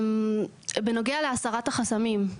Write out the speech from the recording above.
בנוגע להחסרת החסמים,